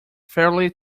fairly